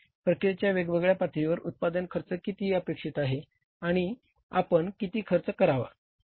प्रक्रियेच्या वेगवेगळ्या पातळीवर उत्पादन खर्च किती अपेक्षित आहे आणि आपण किती खर्च करावा